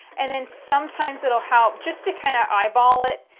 and then sometimes it will help just to kind of eyeball it,